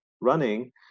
running